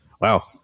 Wow